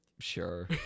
Sure